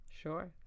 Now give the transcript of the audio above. sure